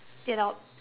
you know